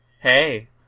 Hey